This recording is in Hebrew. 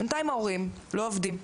בינתיים ההורים לא עובדים.